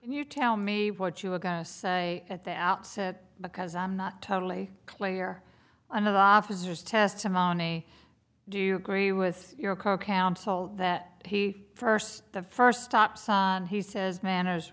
you tell me what you are going to say at the outset because i'm not totally clear on of officers testimony do you agree with your co counsel that he first the first stops he says manners